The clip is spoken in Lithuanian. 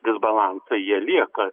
disbalansai jie lieka